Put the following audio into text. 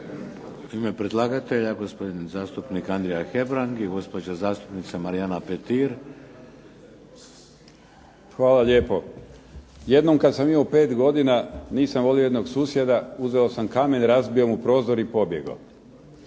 ime predlagatelja gospodin zastupnik Andrija Hebrang i gospođa zastupnica Marijana Petir. **Hebrang, Andrija (HDZ)** Hvala lijepo. Jednom kada sam imao 5 godina nisam volio jednog susjeda, uzeo sam kamen razbio mu prozor i pobjegao.